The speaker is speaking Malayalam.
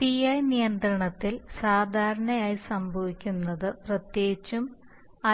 പിഐ നിയന്ത്രണത്തിൽ സാധാരണയായി സംഭവിക്കുന്നത് പ്രത്യേകിച്ചും